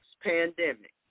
pandemic